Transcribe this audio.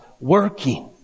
working